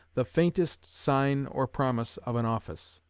the faintest sign or promise of an office.